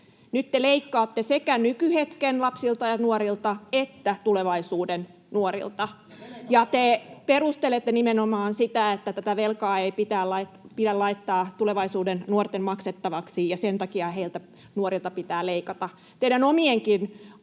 Nyt te leikkaatte sekä nykyhetken lapsilta ja nuorilta että tulevaisuuden nuorilta, ja te perustelette nimenomaan niin, että tätä velkaa ei pidä laittaa tulevaisuuden nuorten maksettavaksi ja sen takia nuorilta pitää leikata. Teidän omienkin arviointienne